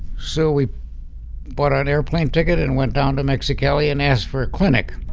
so we bought um an airplane ticket and went down to mexicali and asked for a clinic